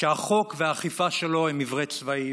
שהחוק והאכיפה שלו הם עיוורי צבעים,